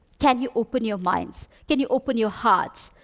can you open your minds? can you open your hearts?